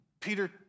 Peter